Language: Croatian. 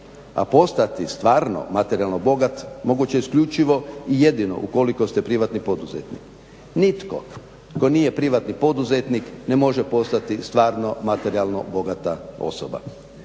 a postati stvarno materijalno bogat moguće je isključivo i jedino ukoliko ste privatni poduzetnik, nitko tko nije privatni poduzetnik ne može postati stvarno materijalno bogata osoba